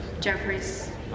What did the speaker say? Jeffries